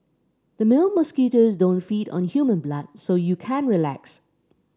the male mosquitoes don't feed on human blood so you can relax